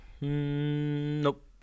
Nope